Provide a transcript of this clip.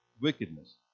wickedness